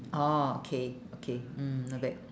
orh okay okay mm not bad